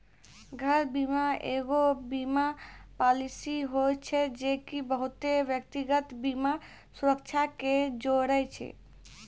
घर बीमा एगो बीमा पालिसी होय छै जे की बहुते व्यक्तिगत बीमा सुरक्षा के जोड़े छै